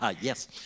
Yes